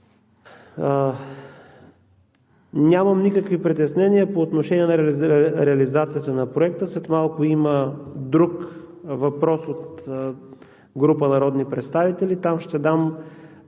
Нямам никакви притеснения по отношение на реализацията на Проекта. След малко има друг въпрос от група народни представители – там ще дам